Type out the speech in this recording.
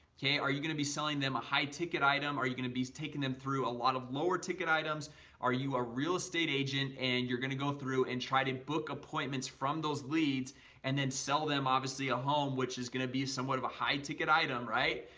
okay are you gonna be selling them a high ticket item? are you gonna be staking them through a lot of lower ticket items are you a real estate? agent and you're gonna go through and try to book appointments from those leads and then sell them obviously a home which is gonna be somewhat of a high ticket item, right?